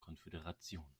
konföderation